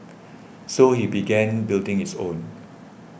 so he began building his own